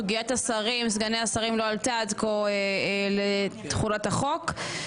סוגיית השרים וסגני השרים לא עלתה עד כה לתחולת החוק,